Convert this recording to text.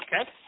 Okay